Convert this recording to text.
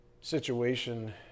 situation